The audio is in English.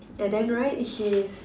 and then right he's